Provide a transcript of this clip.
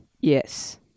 Yes